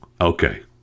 Okay